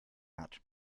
hat